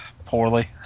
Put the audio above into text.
Poorly